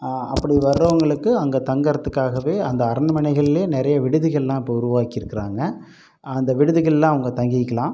அப்படி வர்றவங்களுக்கு அங்கே தங்கிறத்துக்காகவே அந்த அரண்மனைகள்லே நிறைய விடுதிகளெலாம் இப்போ உருவாக்கிருக்குறாங்க அந்த விடுதிகளில் அவங்க தங்கிக்கலாம்